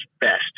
best